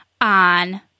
on